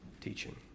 teaching